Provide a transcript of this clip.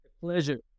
Pleasure